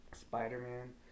Spider-Man